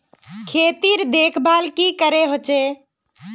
खेतीर देखभल की करे होचे?